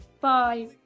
Bye